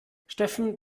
steffen